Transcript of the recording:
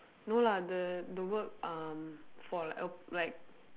no lah the the work um for err like